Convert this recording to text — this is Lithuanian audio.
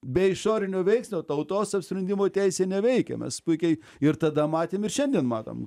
be išorinio veiksnio tautos apsisprendimo teisė neveikia mes puikiai ir tada matėm ir šiandien matom